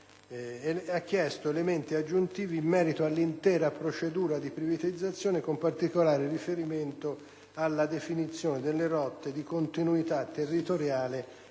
ha chiesto elementi aggiuntivi in merito all'intera procedura di privatizzazione con particolare riferimento alla definizione delle rotte di continuità territoriale